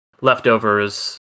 Leftovers